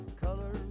color